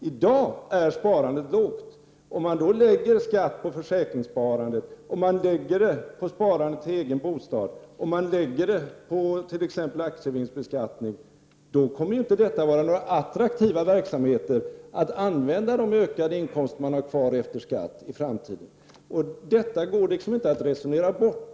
I dag är sparandet lågt, och om det läggs skatt på försäkringssparandet, på sparandet till egen bostad och på aktievinster, kommer detta inte att vara några attraktiva verksamheter att använda de ökade inkomster på som man har kvar efter skatt i framtiden. Detta går inte att resonera bort.